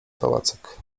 pałacyk